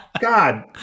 God